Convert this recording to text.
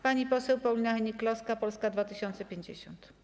Pani poseł Paulina Hennig-Kloska, Polska 2050.